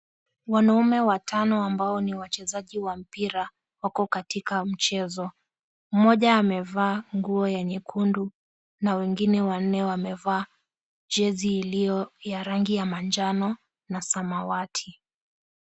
Wanaume watano ambao ni wachezaji wa mpira wako katika mchezo. Mmoja amevaa nguo ya nyekundu na wengine wanne wamevaa jezi iliyo ya rangi ya manjano na samawati.